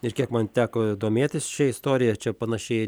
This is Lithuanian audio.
ir kiek man teko domėtis šia istorija čia panašiai